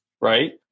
right